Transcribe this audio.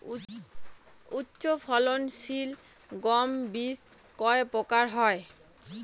উচ্চ ফলন সিল গম বীজ কয় প্রকার হয়?